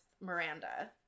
Miranda